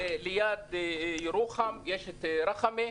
ליד ירוחם יש רחמה,